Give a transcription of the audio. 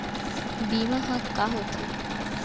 बीमा ह का होथे?